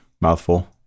Mouthful